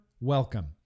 welcome